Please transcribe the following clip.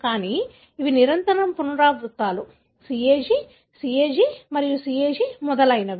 కానీ ఇవి నిరంతర పునరావృత్తులు CAG CAG CAG మరియు మొదలైనవి